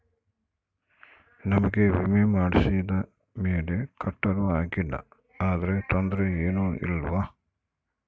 ನಮಗೆ ವಿಮೆ ಮಾಡಿಸಿದ ಮೇಲೆ ಕಟ್ಟಲು ಆಗಿಲ್ಲ ಆದರೆ ತೊಂದರೆ ಏನು ಇಲ್ಲವಾ?